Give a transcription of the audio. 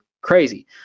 crazy